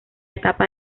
etapa